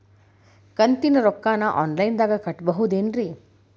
ಕಂತಿನ ರೊಕ್ಕನ ಆನ್ಲೈನ್ ದಾಗ ಕಟ್ಟಬಹುದೇನ್ರಿ?